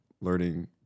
learning